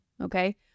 okay